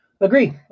agree